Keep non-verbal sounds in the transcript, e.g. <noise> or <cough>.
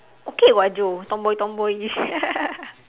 okay what joe tomboy tomboy <laughs>